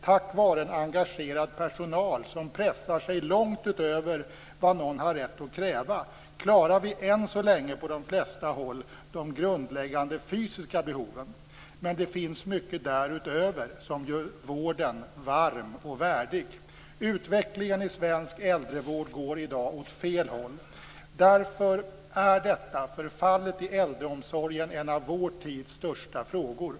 Tack vare en engagerad personal som pressar sig långt utöver vad någon har rätt att kräva klarar vi än så länge på de flesta håll de grundläggande fysiska behoven, men det finns mycket därutöver som gör vården varm och värdig. Utvecklingen i svensk äldrevård går i dag åt fel håll. Därför är förfallet i äldreomsorgen en av vår tids största frågor.